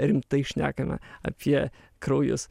rimtai šnekame apie kraujus